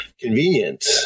convenient